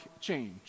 change